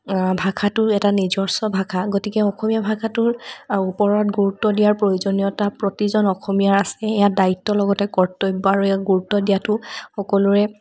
ভাষাটোৰ এটা নিজস্ব ভাষা গতিকে অসমীয়া ভাষাটোৰ ওপৰত গুৰুত্ব দিয়াৰ প্ৰয়োজনীয়তা প্ৰতিজন অসমীয়াৰ আছে এয়া দায়িত্বৰ লগতে কৰ্তব্য আৰু ইয়াক গুৰুত্ব দিয়াতো সকলোৰে